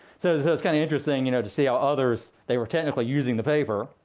so so it's kind of interesting you know to see how others, they were technically using the paper,